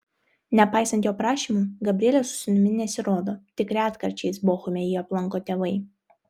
nepaisant jo prašymų gabrielė su sūnumi nesirodo tik retkarčiais bochume jį aplanko tėvai